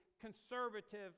conservative